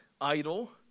idol